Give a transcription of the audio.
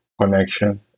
connection